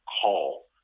call